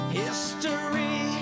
history